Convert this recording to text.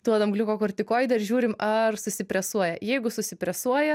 duodam gliukokortikoidą ir žiūrim ar susipresuoja jeigu susipresuoja